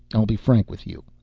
i'll be frank with you.